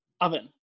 Oven